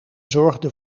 zorgde